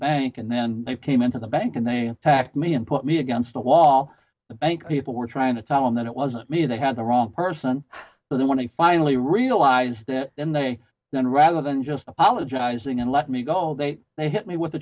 bank and then they came into the bank and they attacked me and put me against the wall the bank people were trying to tell him that it wasn't me they had the wrong person but then when they finally realized it and they then rather than just apologizing and let me go they they hit me with the